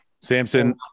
samson